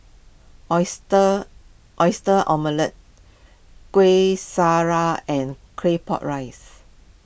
Oyster Oyster Omelette Kueh Syara and Claypot Rice